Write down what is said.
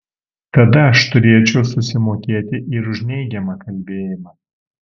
tada aš turėčiau susimokėti ir už neigiamą kalbėjimą